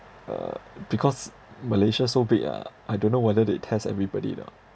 uh because malaysia so big ah I don't know whether they test everybody or not